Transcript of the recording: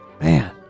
Man